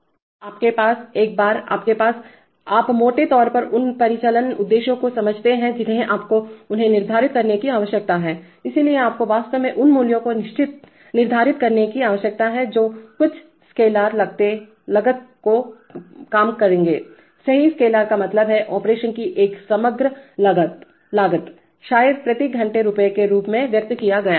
इसलिएआपके पास एक बार आपके पास आप मोटे तौर पर उन परिचालन उद्देश्यों को समझते हैं जिन्हें आपको उन्हें निर्धारित करने की आवश्यकता हैइसलिए आपको वास्तव में उन मूल्यों को निर्धारित करने की आवश्यकता है जो कुछ स्केलर लागत को कम करेंगे सही स्केलर का मतलब है ऑपरेशन की एक समग्र लागतशायद प्रति घंटे रुपये के रूप में व्यक्त किया गया